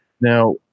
now